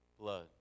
blood